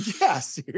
Yes